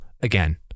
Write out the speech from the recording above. again